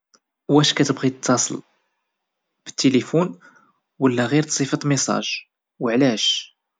واش كتبغي تتصل بالتلفون ولا غير نسيفط ميساج وعلاش؟